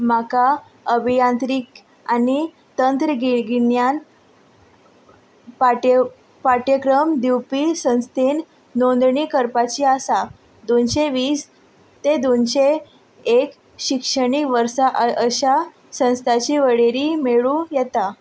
म्हाका अभियांत्रीक आनी तंत्रगिन्यान पाठ्य पाठ्यक्रम दिवपी संस्थेन नोंदणी करपाची आसा दोनशें वीस ते दोनशें एक शिक्षणीक वर्सा अ अश्या संस्थ्याची वळेरी मेळूं येता